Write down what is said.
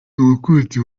umukunzi